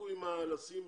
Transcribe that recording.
תפסיקו לשים